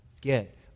get